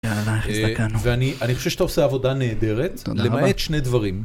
-יא אללה איך הזדקנו. -ואני, אני חושב שאתה עושה עבודה נהדרת. -תודה רבה. -למעט שני דברים